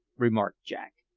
remarked jack,